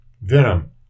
Venom